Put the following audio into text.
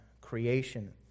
creation